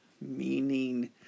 meaning